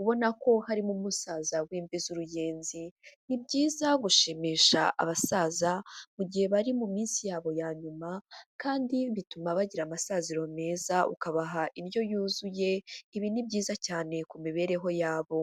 ubona ko harimo umusaza w'imvi z' urugenzi. Ni byiza gushimisha abasaza mu gihe bari mu minsi yabo ya nyuma kandi bituma bagira amasaziro meza, ukabaha indyo yuzuye, ibi ni byiza cyane ku mibereho yabo.